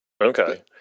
Okay